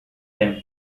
them